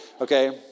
Okay